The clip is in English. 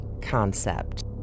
concept